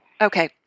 Okay